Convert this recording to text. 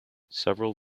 several